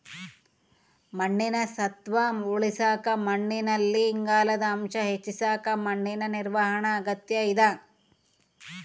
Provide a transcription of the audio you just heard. ಮಣ್ಣಿನ ಸತ್ವ ಉಳಸಾಕ ಮಣ್ಣಿನಲ್ಲಿ ಇಂಗಾಲದ ಅಂಶ ಹೆಚ್ಚಿಸಕ ಮಣ್ಣಿನ ನಿರ್ವಹಣಾ ಅಗತ್ಯ ಇದ